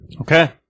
Okay